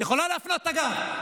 את יכולה להפנות את הגב,